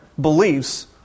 beliefs